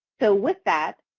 so with that,